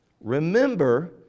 remember